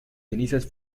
cenizas